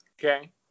Okay